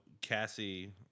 Cassie